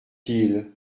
ils